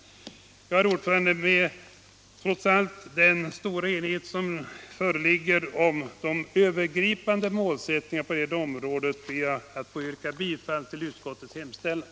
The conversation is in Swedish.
Herr talman! Med hänsyn till den stora enighet som trots allt föreligger om de övergripande målsättningarna på detta område ber jag att få yrka bifall till utskottets hemställan.